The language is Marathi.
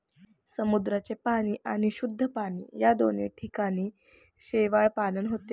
समुद्राचे पाणी आणि शुद्ध पाणी या दोन्ही ठिकाणी शेवाळपालन होते